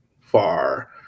far